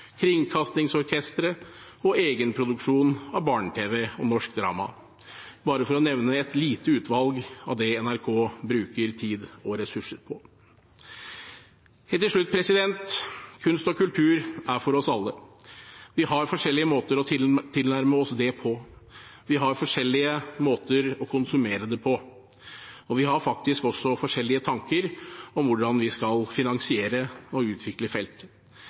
Kringkastingsorkestret og egenproduksjon av barne-tv og norsk drama – bare for å nevne et lite utvalg av det NRK bruker tid og ressurser på. Helt til slutt: Kunst og kultur er for oss alle. Vi har forskjellige måter å tilnærme oss det på, vi har forskjellige måter å konsumere det på, og vi har faktisk også forskjellige tanker om hvordan vi skal finansiere og utvikle feltet.